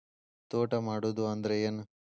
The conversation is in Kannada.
ತೋಟ ಮಾಡುದು ಅಂದ್ರ ಏನ್?